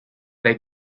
they